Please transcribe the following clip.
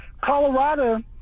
Colorado